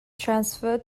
transferred